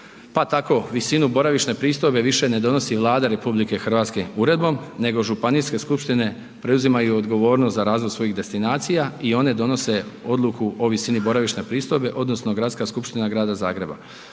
Pa tako visinu boravišne pristojbe više ne donosi Vlada RH uredbom, nego županijske skupštine preuzimaju odgovornost za razvoj svojih destinacija i one donose odluku o visini boravišne pristojbe odnosno Gradska skupština Grada Zagreba.